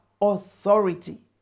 authority